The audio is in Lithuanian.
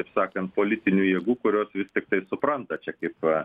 taip sakant politinių jėgų kurios tiktai supranta čia kaip